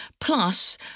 plus